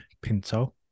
Pinto